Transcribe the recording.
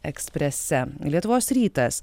eksprese lietuvos rytas